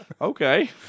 Okay